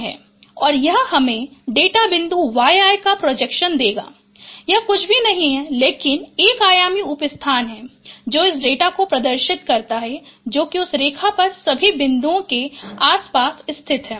और यह हमें डेटा बिंदु yi का projection देगा यह कुछ भी नहीं है लेकिन 1 आयामी उप स्थान है जो इस डेटा को प्रदर्शित करता है जो कि उस रेखा पर सभी बिंदुओं के आसपास स्थित है